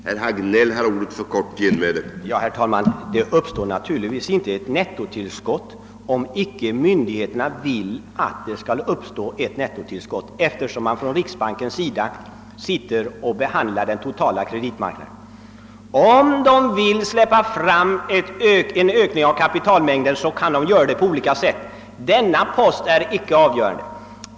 Herr talman! Man kan inte tänka sig att de penningvårdande myndigheterna, framför allt riksbanken, icke kände till att det belopp som herr Regnéll nämnde har låsts. Om icke beloppet hade låsts på det sättet, skulle det behöva låsas på annat sätt. Annars skulle vi ha fört en annan ekonomisk politik. Man kan diskutera en sådan, men man kan icke förutsätta att ett belopp av denna storlek inte är känt och inte har påverkat den handlingslinje som myndigheterna dragit upp.